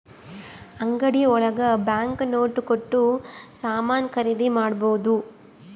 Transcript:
ಅಂಗಡಿ ಒಳಗ bank note ಕೊಟ್ಟು ಸಾಮಾನ್ ಖರೀದಿ ಮಾಡ್ಬೋದು